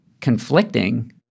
conflicting